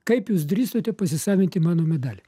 kaip jūs drįsote pasisavinti mano medalį